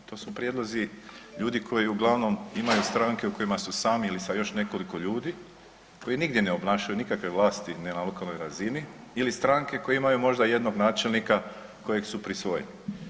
To su prijedlozi ljudi koji uglavnom imaju stranke u kojima su sami ili sa još nekoliko ljudi, koji nigdje ne obnašaju nikakve vlasti ni na lokalnoj razini ili stranke koje imaju možda jednog načelnika kojeg su prisvojili.